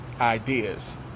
ideas